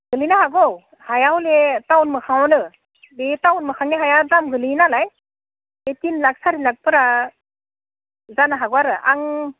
गोग्लैनो हागौ हाया हले टाउन मोखाङावनो बे टाउन मोखांनि हाया दाम गोग्लैयो नालाय बे तिन लाख सारि लाखफोरा जानो हागौ आरो आं